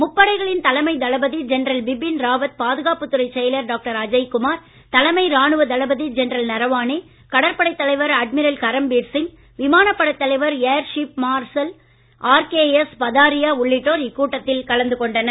முப்படைகளின் தலைமை தளபதி ஜென்ரல் பிபின் ராவத் பாதுகாப்புத் துறைச் செயலர் டாக்டர் அஜய்குமார் தலைமை ராணுவ தளபதி ஜென்ரல் நரவானே கடற்படைத் தலைவர் அட்மிரல் கரம்பீர் சிங் விமானப்படைத் தலைவர் ஏர்சீப் மார்ஷல்ஈ ஆர்கேஎஸ் பதாரியா உள்ளிட்டோர் இக்கூட்டத்தில் கலந்து கொண்டனர்